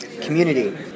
Community